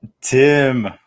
Tim